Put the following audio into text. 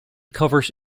covers